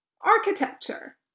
Architecture